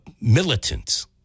militants